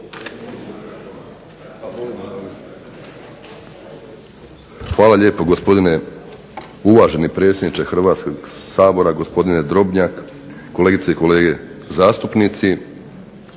Hvala lijepo, gospodine uvaženi predsjedniče Hrvatskog sabora. Gospodine Drobnjak, kolegice i kolege zastupnici.